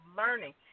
learning